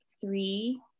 three